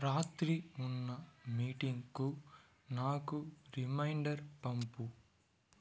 రాత్రి ఉన్న మీటింగ్కు నాకు రిమైండర్ పంపు